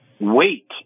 wait